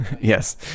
yes